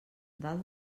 dalt